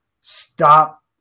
stop